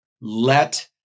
Let